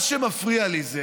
מה שמפריע לי זה